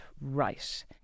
right